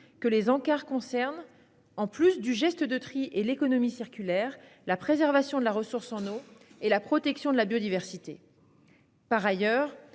que les encarts concernent, en plus du geste de tri et de l'économie circulaire, la préservation de la ressource en eau et la protection de la biodiversité. Par ailleurs,